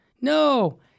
No